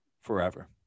forever